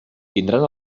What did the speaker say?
tindran